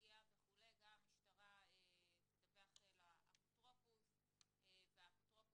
פגיעה המשטרה תדווח לאפוטרופוס והוא